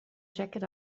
jacket